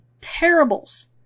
parables